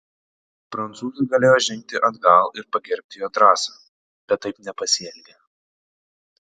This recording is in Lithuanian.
prancūzai galėjo žengti atgal ir pagerbti jo drąsą bet taip nepasielgė